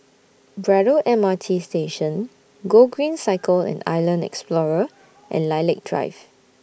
Braddell M R T Station Gogreen Cycle and Island Explorer and Lilac Drive